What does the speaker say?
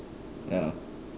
ya